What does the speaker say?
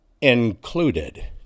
Included